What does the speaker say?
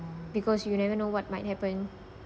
because you never know what might happen